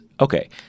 Okay